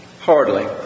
Hardly